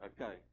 Okay